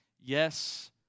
Yes